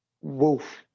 Wolf